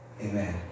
Amen